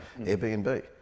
Airbnb